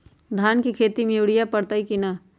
धान के खेती में यूरिया परतइ कि न?